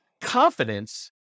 confidence